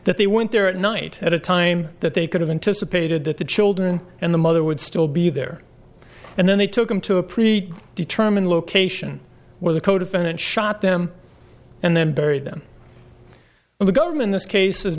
that they weren't there at night at a time that they could have anticipated that the children and the mother would still be there and then they took them to a pre determined location where the codefendant shot them and then buried them and the government this case is